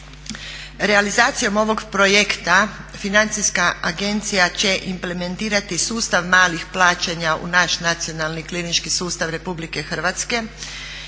Realizacijom ovog projekta Financija agencija će implementirati sustav malih plaćanja u naš nacionalni klinički sustav Republike Hrvatske.